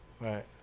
Right